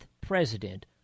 president